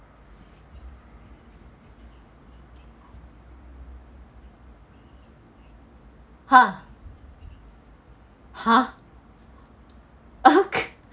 !huh! !huh! okay